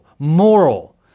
Moral